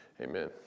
amen